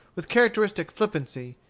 with characteristic flippancy,